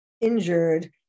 injured